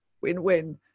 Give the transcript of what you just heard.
win-win